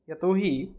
यतो हि